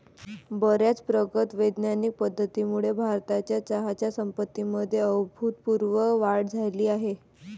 बर्याच प्रगत वैज्ञानिक पद्धतींमुळे भारताच्या चहाच्या संपत्तीमध्ये अभूतपूर्व वाढ झाली आहे